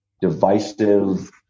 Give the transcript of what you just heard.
divisive